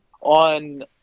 on